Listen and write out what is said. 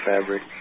fabric